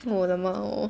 我的猫